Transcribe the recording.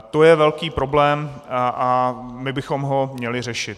To je velký problém a my bychom ho měli řešit.